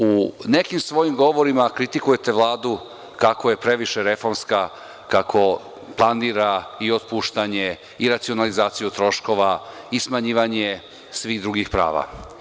U nekim svojim govorima kritikujete Vladu kako je previše reformska, kako planira i otpuštanje i racionalizaciju troškova i smanjivanje svih drugih prava.